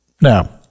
Now